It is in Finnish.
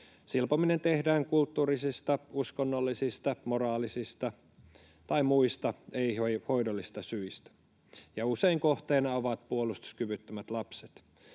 Silpominen tehdään kulttuurisista, uskonnollisista, moraalisista tai muista ei-hoidollisista syistä, ja usein kohteena ovat puolustuskyvyttömät lapset.